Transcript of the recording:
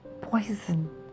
poison